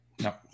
No